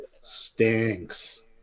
stinks